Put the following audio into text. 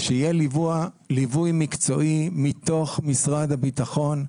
ויהיה ליווי מקצועי מתוך משרד הביטחון,